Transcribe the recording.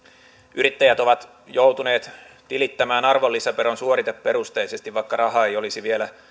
yrittäjät ovat joutuneet tilittämään arvonlisäveron suoriteperusteisesti vaikka raha ei olisi vielä